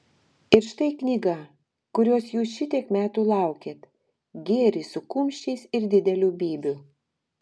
ir štai knyga kurios jūs šitiek metų laukėt gėris su kumščiais ir dideliu bybiu